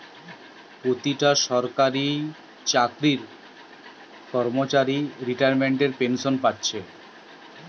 পোতিটা সরকারি চাকরির কর্মচারী রিতাইমেন্টের পেনশেন পাচ্ছে